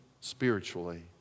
spiritually